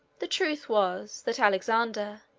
the truth was, that alexander,